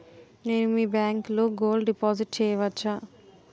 నేను మీ బ్యాంకులో గోల్డ్ డిపాజిట్ చేయవచ్చా?